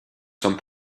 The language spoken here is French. sommes